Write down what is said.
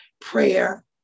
prayer